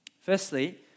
Firstly